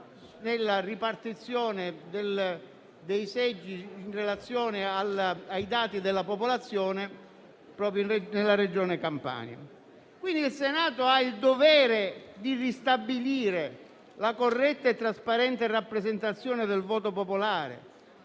nella ripartizione dei seggi in relazione ai dati della popolazione, proprio nella Regione Campania. Il Senato ha quindi il dovere di ristabilire la corretta e trasparente rappresentazione del voto popolare,